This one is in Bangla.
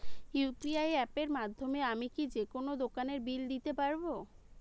ইউ.পি.আই অ্যাপের মাধ্যমে আমি কি যেকোনো দোকানের বিল দিতে পারবো?